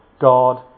God